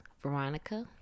Veronica